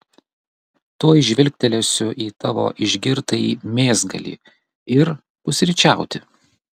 tuoj žvilgtelėsiu į tavo išgirtąjį mėsgalį ir pusryčiauti